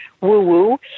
woo-woo